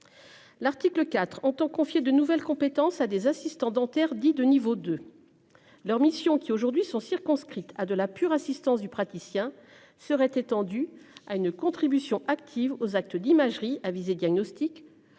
L'article 4 entend confier de nouvelles compétences à des assistants dentaires dit de niveau de. Leur mission, qui aujourd'hui sont circonscrites à de la pure assistance du praticien serait étendu à une contribution active aux actes d'imagerie à visée diagnostic